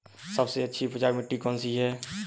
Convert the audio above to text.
सबसे अच्छी उपजाऊ मिट्टी कौन सी है?